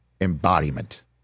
embodiment